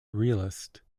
realist